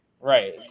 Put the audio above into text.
Right